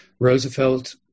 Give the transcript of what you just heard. Roosevelt